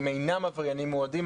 הם אינם עבריינים מועדים.